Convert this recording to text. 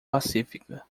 pacífica